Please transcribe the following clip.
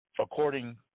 according